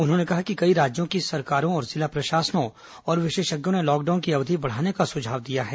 उन्होंने कहा कि कई राज्यों की सरकारों जिला प्रशासनों और विशेषज्ञों ने लॉकडाउन की अवधि बढ़ाने का सुझाव दिया है